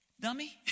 dummy